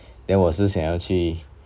then 我是想要去